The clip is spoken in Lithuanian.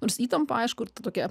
nors įtampa aišku tokia